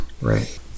right